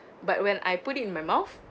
but when I put it in my mouth